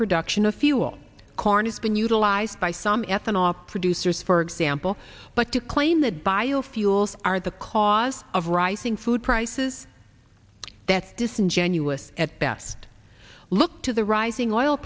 production of fuel corn has been utilized by some ethanol producers for example but to claim that biofuels are the cause of rising food prices that's disingenuous at best look to the rising oil